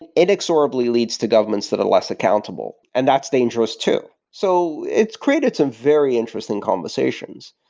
and inexorably leads to governments that are less accountable, and that's dangerous too. so it's created some very interesting conversations.